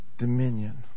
Dominion